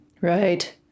Right